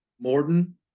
Morton